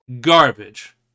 Garbage